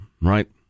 Right